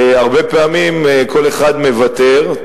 הרבה פעמים כל אחד מוותר,